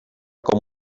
com